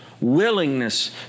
willingness